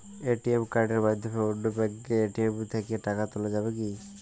ATM কার্ডের মাধ্যমে অন্য ব্যাঙ্কের এ.টি.এম থেকে টাকা তোলা যাবে কি?